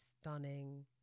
stunning